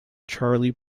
charley